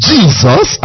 Jesus